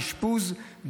אשפוז,